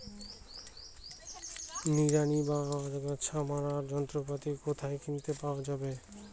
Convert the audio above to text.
নিড়ানি বা আগাছা মারার যন্ত্রপাতি কোথায় কিনতে পাওয়া যাবে?